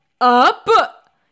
up